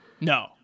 No